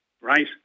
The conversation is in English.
right